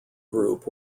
group